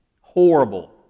horrible